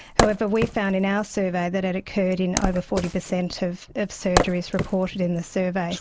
however, we found in our survey that it occurred in over forty percent of of surgeries reported in the survey.